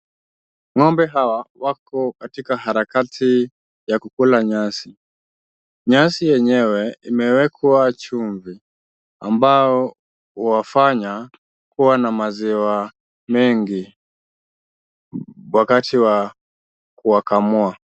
Ng'ombe hawa wako katika harakati ya kukula nyasi. Nyasi yenyewe imewekwa chumvi ambao huwafanya kuwa na maziwa mengi wakati wa kuwakamua.